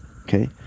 okay